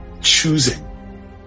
choosing